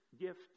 gift